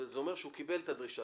זה אומר שהוא קיבל את הדרישה.